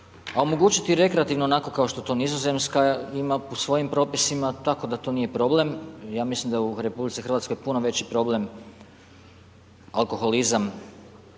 a omogućiti rekreativno onako kao što to Nizozemska ima po svojim propisima, tako da to nije problem, ja mislim da u RH je puno veći problem alkoholizam,